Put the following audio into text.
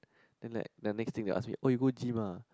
then like next things he ask me oh you go gym ah